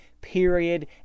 period